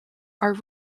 are